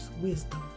wisdom